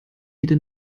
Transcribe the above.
jede